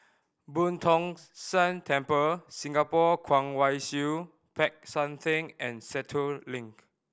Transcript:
Boo Tong San Temple Singapore Kwong Wai Siew Peck San Theng and Sentul Link